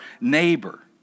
neighbor